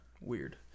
weird